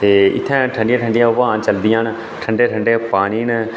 ते इत्थै ठंडियां ठंडियां हवा चलदियां न ठंडे ठंडे पानी न